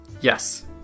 Yes